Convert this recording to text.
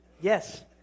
Yes